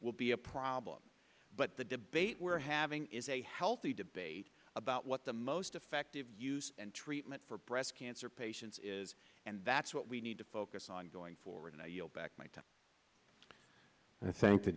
will be a problem but the debate we're having is a healthy debate about what the most effective use and treatment for breast cancer patients is and that's what we need to focus on going forward and i